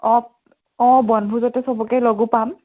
অঁ অঁ বনভোজতেই চবকেই লগো পাম